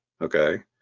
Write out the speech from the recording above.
Okay